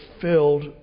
filled